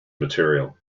material